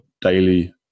daily